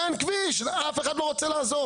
אין כביש, אף אחד לא רוצה לעזור.